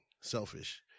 selfish